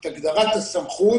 את הגדרת הסמכות